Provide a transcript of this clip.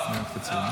כוח.